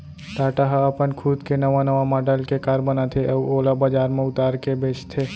टाटा ह अपन खुद के नवा नवा मॉडल के कार बनाथे अउ ओला बजार म उतार के बेचथे